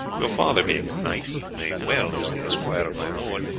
your father being a knight, you may well, as the esquire of my lord,